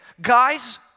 guys